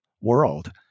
world